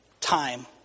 time